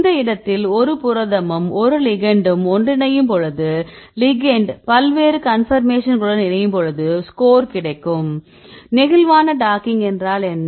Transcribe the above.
இந்த இடத்தில் ஒரு புரதமும் ஒரு லிகெண்டும் ஒன்றிணையும் பொழுது லிகெண்ட் பல்வேறு கன்பர்மேஷன்களுடன் இணையும் பொழுது ஸ்கோர் கிடைக்கும் நெகிழ்வான டாக்கிங் என்றால் என்ன